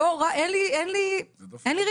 אין לי ריבים.